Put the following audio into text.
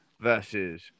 versus